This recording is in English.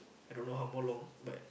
I don't know how more long but